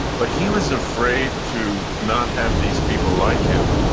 but he was afraid to not have these people like him,